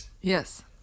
Yes